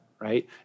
right